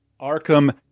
Arkham